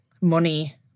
money